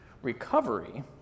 Recovery